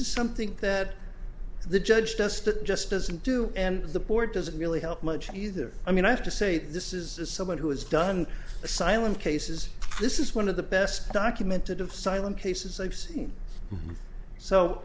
is something that the judge just just doesn't do and the board doesn't really help much either i mean i have to say this is someone who has done asylum cases this is one of the best documented of silent cases i've seen so